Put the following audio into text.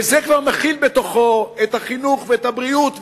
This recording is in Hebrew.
וזה כבר מכיל בתוכו את החינוך ואת הבריאות,